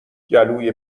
گلوی